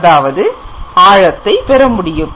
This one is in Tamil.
அதாவது ஆழத்தை பெறமுடியும்